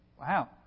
Wow